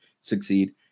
succeed